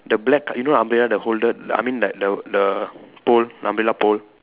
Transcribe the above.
the black col~ you know the umbrella the holded I mean like the the pole the umbrella pole